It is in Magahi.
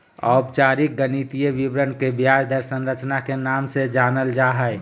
औपचारिक गणितीय विवरण के ब्याज दर संरचना के नाम से जानल जा हय